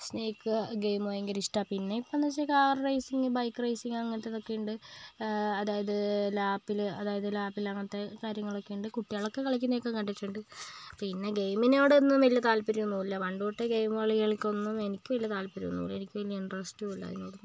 snake game ഭയങ്കര ഇഷ്ടമാണ് പിന്നെ ഇപ്പോൾ എന്ത് വെച്ചാൽ കാർ റേസിംഗ് ബൈക്ക് റേസിംഗ് അങ്ങനത്തതൊക്കെയുണ്ട് അതായത് ലാപ്പിലെ അതായത് ലാപ്പിൽ അങ്ങനത്തെ കാര്യങ്ങളൊക്കെ ഉണ്ട് കുട്ടികളൊക്കെ കളിക്കുന്നതൊക്കെ കണ്ടിട്ടുണ്ട് പിന്നെ ഗെയിമിനോട് ഒന്നും വലിയ താത്പര്യമൊന്നുമില്ല പണ്ട് തൊട്ടേ ഗെയിമുകളികൾക്കൊന്നും എനിക്ക് വലിയ താത്പര്യം ഒന്നുമില്ല എനിക്ക് വലിയ ഇൻട്രസ്റ്റ് ഇല്ല അതിനോടൊന്നും